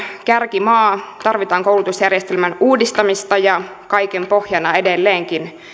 kärkimaa tarvitaan koulutusjärjestelmän uudistamista ja kaiken pohjana on edelleenkin